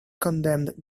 condemned